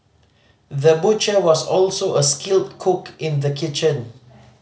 the butcher was also a skilled cook in the kitchen